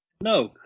No